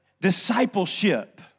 discipleship